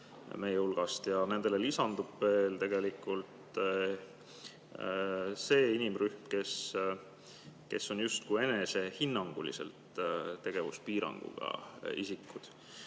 meie hulgast. Nendele lisandub see inimrühm, kes on justkui enesehinnanguliselt tegevuspiiranguga isikud.